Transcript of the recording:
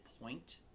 point